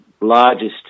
largest